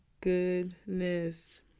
goodness